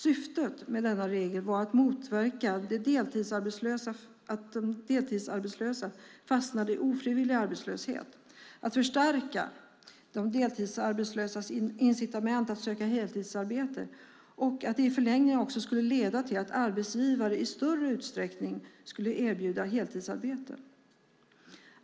Syftet med denna regel var att motverka att de deltidsarbetslösa fastnade i ofrivillig arbetslöshet och att förstärka de deltidsarbetslösas incitament att söka heltidsarbete. I förlängningen skulle det också leda till att arbetsgivare i större utsträckning skulle erbjuda heltidsarbete.